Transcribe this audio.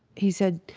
he said,